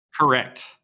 Correct